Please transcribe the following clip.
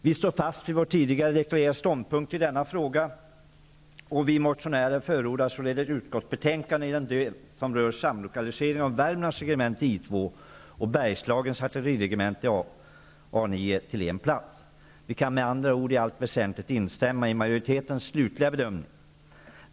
Vi står fast vid vår tidigare deklarerade ståndpunkt i denna fråga, och vi motionärer förordar således vad som sägs i utskottsbetänkandet angående samlokalisering av Värmlands regemente I 2 och Bergslagens artilleriregemente till en plats. Vi kan med andra ord i allt väsentligt instämma i majoritetens slutliga bedömning.